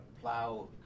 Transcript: plow